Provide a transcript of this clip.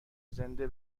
زنده